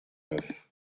neuf